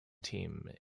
team